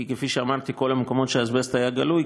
כי כפי שאמרתי: בכל המקומות שהאזבסט היה גלוי,